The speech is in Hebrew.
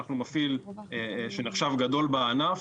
אנחנו מפעיל שנחשב גדול בענף